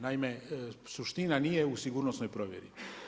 Naime, suština nije u sigurnosnoj provjeri.